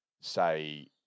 say